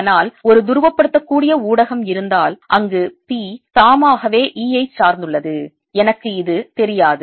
ஆனால் ஒரு துருவப்படுத்தக்கூடிய ஊடகம் இருந்தால் அங்கு P தாமாகவே Eஐ சார்ந்துள்ளது எனக்கு இது தெரியாது